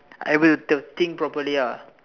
I will the think properly lah